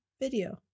Video